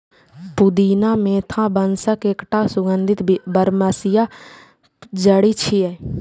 पुदीना मेंथा वंशक एकटा सुगंधित बरमसिया जड़ी छियै